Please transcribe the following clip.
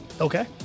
Okay